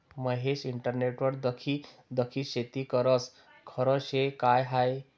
महेश इंटरनेटवर दखी दखी शेती करस? खरं शे का हायी